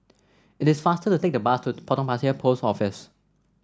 it is faster to take the bus to Potong Pasir Post Office